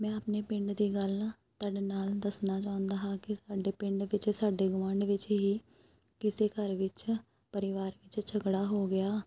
ਮੈਂ ਆਪਣੇ ਪਿੰਡ ਦੀ ਗੱਲ ਤੁਹਾਡੇ ਨਾਲ ਦੱਸਣਾ ਚਾਹੁੰਦਾ ਹਾਂ ਕਿ ਸਾਡੇ ਪਿੰਡ ਵਿੱਚ ਸਾਡੇ ਗੁਆਂਢ ਵਿੱਚ ਹੀ ਕਿਸੇ ਘਰ ਵਿੱਚ ਪਰਿਵਾਰ ਵਿੱਚ ਝਗੜਾ ਹੋ ਗਿਆ